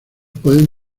pueden